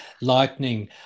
Lightning